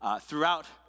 throughout